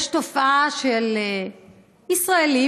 יש תופעה של ישראלים,